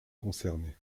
concernés